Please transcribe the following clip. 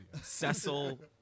Cecil